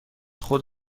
خود